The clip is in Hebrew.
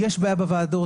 חלק גדול.